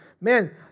Man